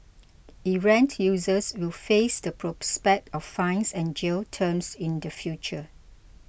errant users will face the prospect of fines and jail terms in the future